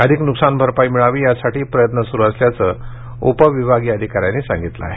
अधिक नुकसान भरपाई मिळावी यासाठी प्रयत्न सुरू असल्याचं उपविभागीय अधिकाऱ्यांनी सांगितलं आहे